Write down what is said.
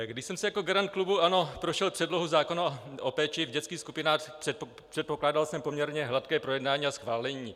Když jsem si jako garant klubu ANO prošel předlohu zákona o péči v dětských skupinách, předpokládal jsem poměrně hladké projednání a schválení.